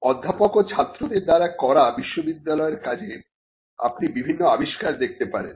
অধ্যাপক ও ছাত্রদের দ্বারা করা বিশ্ববিদ্যালয়ের কাজে আপনি বিভিন্ন আবিষ্কার দেখতে পারেন